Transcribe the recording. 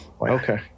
Okay